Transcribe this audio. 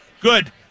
Good